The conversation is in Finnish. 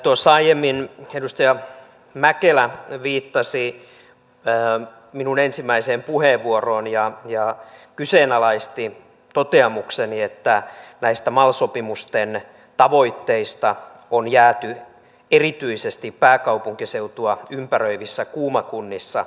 tuossa aiemmin edustaja mäkelä viittasi minun ensimmäisen puheenvuorooni ja kyseenalaisti toteamukseni että näistä mal sopimusten tavoitteista on jääty erityisesti pääkaupunkiseutua ympäröivissä kuuma kunnissa